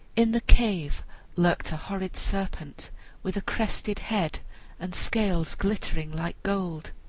in the cave lurked a horrid serpent with a crested head and scales glittering like gold.